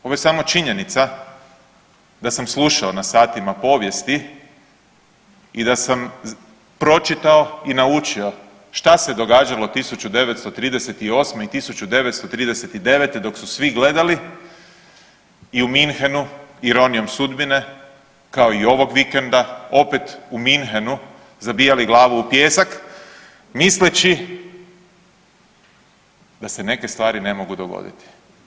Ovo je samo činjenica da sam slušao na satima povijesti i da sam pročitao i naučio šta se događalo 1938. i 1939. dok su svi gledali i u Münchenu ironijom sudbine kao i ovog vikenda opet u Münchenu zabijali glavu u pijesak misleći da se neke stvari ne mogu dogoditi.